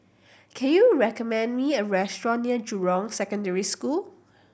can you recommend me a restaurant near Jurong Secondary School